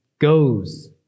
goes